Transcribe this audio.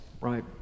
right